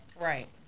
Right